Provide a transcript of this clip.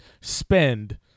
spend